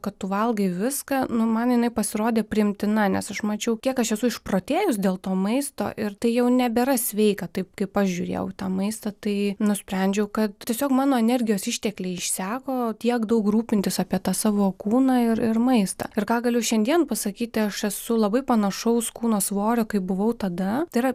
kad tu valgai viską nu man jinai pasirodė priimtina nes aš mačiau kiek aš esu išprotėjus dėl to maisto ir tai jau nebėra sveika taip kaip aš žiūrėjau į tą maistą tai nusprendžiau kad tiesiog mano energijos ištekliai išseko tiek daug rūpintis apie tą savo kūną ir ir maistą ir ką galiu šiandien pasakyti aš esu labai panašaus kūno svorio kaip buvau tada tai yra